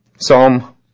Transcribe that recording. Psalm